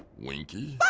winky?